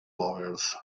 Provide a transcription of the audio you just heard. lawyers